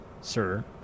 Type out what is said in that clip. Sir